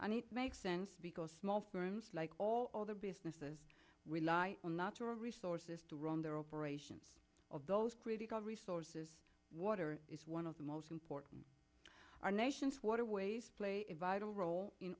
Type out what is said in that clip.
makes sense because small firms like all other businesses rely on natural resources to run their operations of those critical resources water is one of the most important our nation's waterways play is vital role in